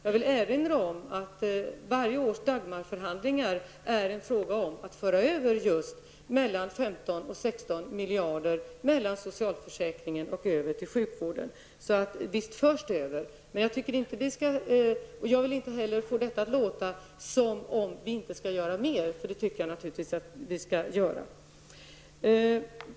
Jag vill erinra om att varje års Dagmarförhandlingar just handlar om att föra över mellan 15 och 16 så visst förs pengar över på det här sättet. Jag vill dock inte få det att låta som om vi inte skall göra mer, för det tycker jag naturligtvis att vi skall.